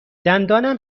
دندانم